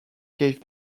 gave